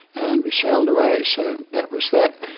and we sailed away. so that was that.